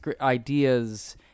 ideas